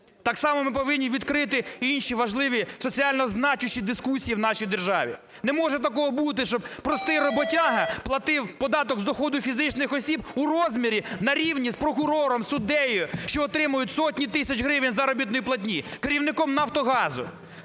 Так само ми повинні відкрити і інші важливі соціально значущі дискусії в нашій державі. Не може такого бути, щоб простий роботяга платив податок з доходу фізичних осіб у розмірі на рівні з прокурором, суддею, що отримують сотні тисяч гривень заробітної платні, керівником "Нафтогазу".